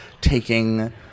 taking